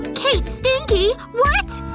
kate stinky. what?